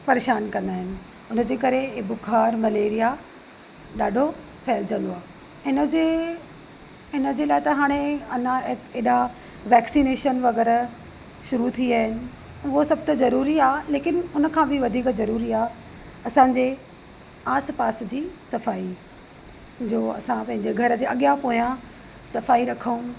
परेशान कंदा आहिनि उन जे करे बुखार मलेरिया ॾाढो फैलिजंदो आहे इन जे इन जे लाइ त हाणे अञा एॾा वैक्सिनेशन वग़ैरह शुरु थिया आहिनि उहा सभु त ज़रूरी आहे लेकिन उन खां बि वधीक ज़रूरी आहे असांजे आस पास जी सफ़ाई जो असां पंहिंजे घर जे अॻियां पोयां सफ़ाई रखूं